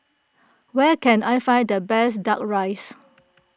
where can I find the best Duck Rice